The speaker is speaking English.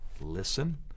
listen